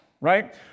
right